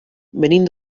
venim